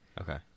Okay